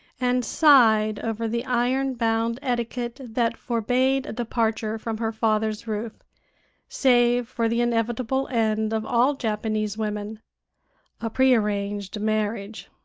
and sighed over the iron-bound etiquette that forbade a departure from her father's roof save for the inevitable end of all japanese women a prearranged marriage.